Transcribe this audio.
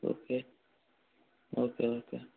okay okay okay